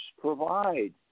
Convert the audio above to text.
provide